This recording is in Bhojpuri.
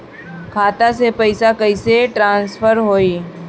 खाता से पैसा कईसे ट्रासर्फर होई?